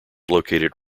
located